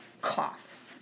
cough